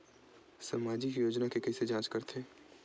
सामाजिक योजना के कइसे जांच करथे?